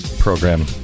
program